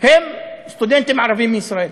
הם סטודנטים ערבים מישראל.